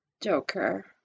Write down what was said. Joker